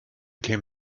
came